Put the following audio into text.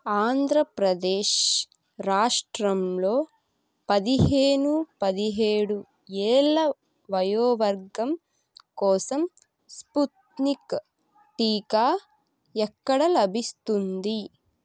ఆంధ్రప్రదేశ్ రాష్ట్రంలో పదిహేను పదిహేడు ఏళ్ళ వయో వర్గం కోసం స్పుత్నిక్ టీకా ఎక్కడ లభిస్తుంది